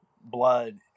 blood